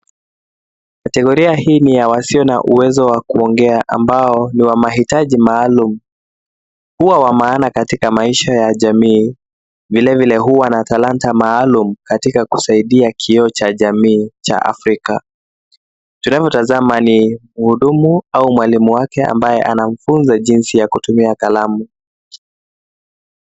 Kategoria hii ni wasio na uwezo wa kuongea ambao ni wa maitaji maalum. Huwa na maana katika maisha ya jamii. Vile vile huwa na talanta maalum katika kusaidia kioo cha jamii cha Afrika. Tunavyotazama ni mhudumu au mwalimu wake ambaye anamfunza jinsi ya kutumia kalamu.